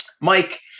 Mike